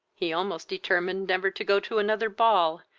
he almost determined never to go to another ball,